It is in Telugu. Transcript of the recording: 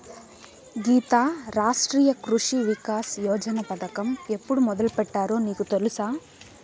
గీతా, రాష్ట్రీయ కృషి వికాస్ యోజన పథకం ఎప్పుడు మొదలుపెట్టారో నీకు తెలుసా